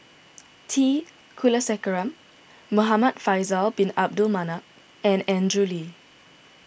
T Kulasekaram Muhamad Faisal Bin Abdul Manap and Andrew Lee